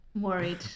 Worried